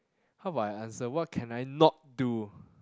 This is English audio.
how about I answer what can I not do